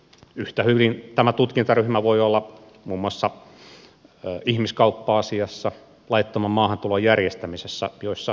yhtä hyvin tutkintaryhmä voi olla muun muassa ihmiskauppa asiassa tai laittoman maahantulon järjestämisessä joissa näitä on myös käytetty